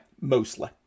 Mostly